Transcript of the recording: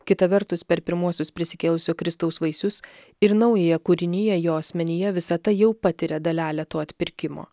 kita vertus per pirmuosius prisikėlusio kristaus vaisius ir naująją kūriniją jo asmenyje visata jau patiria dalelę to atpirkimo